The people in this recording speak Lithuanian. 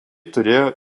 turėjo